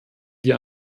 wir